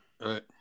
Right